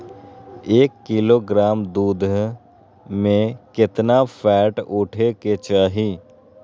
एक किलोग्राम दूध में केतना फैट उठे के चाही?